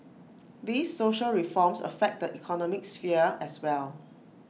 these social reforms affect the economic sphere as well